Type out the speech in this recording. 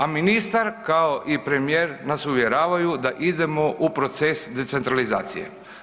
A ministar, kao i premijer nas uvjeravaju da idemo u proces decentralizacije.